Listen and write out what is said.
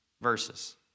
verses